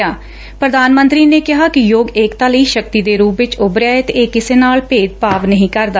ਪ੍ਰਧਾਨ ਮੰਤਰੀ ਨੇ ਕਿਹਾ ਕਿ ਯੋਗ ਏਕਤਾ ਲਈ ਸ਼ਕਤੀ ਦੇ ਰੁਪ ਵਿਚ ਉਭਰਿਆ ਏ ਤੇ ਇਹ ਕਿਸੇ ਨਾਲ ਭੇਦੲਭਾਵ ਨਹੀ ਕਰਦਾ